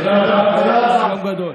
תודה רבה לכולם, זה יום גדול.